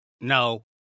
no